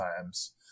times